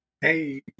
Hey